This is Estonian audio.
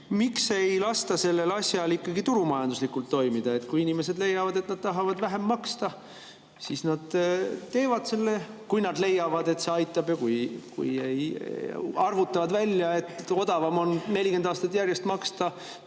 miks ei lasta sellel asjal turumajanduslikult toimida? Kui inimesed leiavad, et nad tahavad vähem maksta, siis nad teevad seda, kui nad leiavad, et see aitab, aga kui nad arvutavad välja, et odavam on 40 aastat järjest maksta